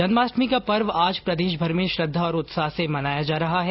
जन्माष्टमी का पर्व आज प्रदेशभर में श्रद्धा और उत्साह से मनाया जा रहा है